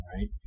right